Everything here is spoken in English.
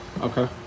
Okay